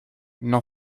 n’en